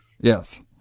Yes